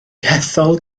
hethol